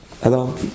Hello